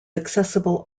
accessible